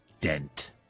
dent